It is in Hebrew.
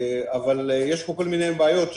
אבל יש פה כל מיני בעיות.